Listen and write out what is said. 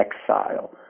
exile